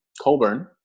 Colburn